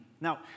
Now